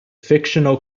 fictional